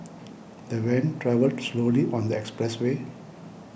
the van travelled slowly on the expressway